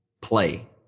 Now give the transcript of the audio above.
play